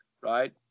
right